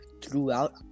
throughout